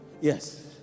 Yes